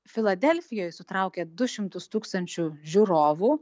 filadelfijoj sutraukė du šimtus tūkstančių žiūrovų